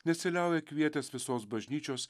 nesiliauja kvietęs visos bažnyčios